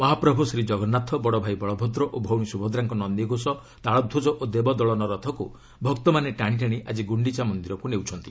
ମହାପ୍ରଭ୍ତ ଶ୍ରୀଜଗନ୍ନାଥ ବଡ଼ଭାଇ ବଳଭଦ୍ର ଓ ଭଉଣୀ ସ୍ୱଭଦ୍ରାଙ୍କ ନନ୍ଦିଘୋଷ ତାଳଧ୍ୱଜ ଓ ଦେବଦଳନ ରଥକୁ ଭକ୍ତମାନେ ଟାଣି ଟାଣି ଆଜି ଗୁଣ୍ଡିଚା ମନ୍ଦିରକୁ ନେଉଛନ୍ତି